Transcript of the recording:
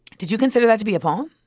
did you consider that to be a poem?